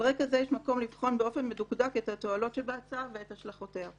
על רקע זה יש מקום לבחון באופן מדוקדק את התועלות שבהצעה ואת השלכותיה.